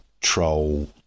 troll